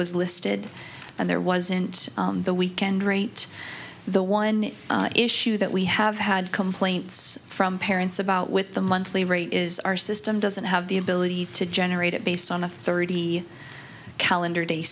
was listed and there wasn't the weekend rate the one issue that we have had complaints from parents about with the monthly rate is our system doesn't have the ability to generate it based on a thirty calendar day